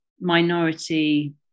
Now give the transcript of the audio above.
minority